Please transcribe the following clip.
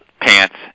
pants